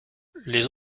les